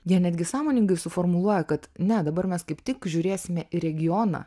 jie netgi sąmoningai suformuluoja kad ne dabar mes kaip tik žiūrėsime į regioną